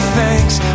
thanks